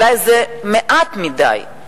אולי זה מעט מדי,